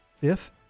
Fifth